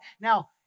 now